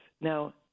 Now